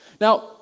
Now